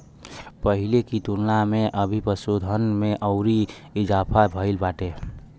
पहिले की तुलना में अभी पशुधन में अउरी इजाफा भईल बाटे